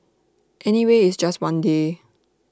anyway it's just one day